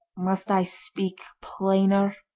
must i speak plainer